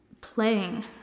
Playing